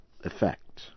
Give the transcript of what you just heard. effect